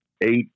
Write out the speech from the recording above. eight